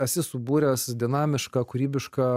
esi subūręs dinamišką kūrybišką